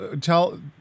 tell